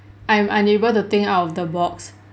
I'm unable to think out of the box